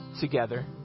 together